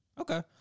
Okay